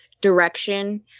direction